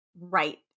Right